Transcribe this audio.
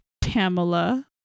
Pamela